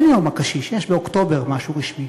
אין יום הקשיש, יש באוקטובר משהו רשמי.